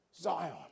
zion